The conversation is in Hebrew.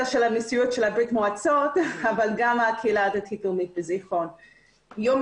ברית המועצות אבל גם את הקהילה הדתית לאומית בזיכרון יעקב.